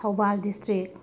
Thoubal district